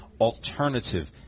alternative